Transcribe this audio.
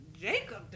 Jacob